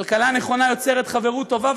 כלכלה נכונה יוצרת חברות טובה.